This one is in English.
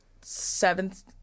seventh